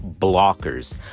blockers